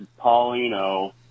Paulino